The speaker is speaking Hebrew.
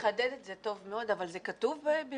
מחדדת זה טוב מאוד, אבל זה כתוב במפורש